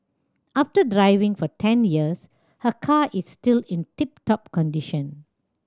after driving for ten years her car is still in tip top condition